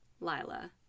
Lila